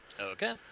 Okay